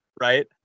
right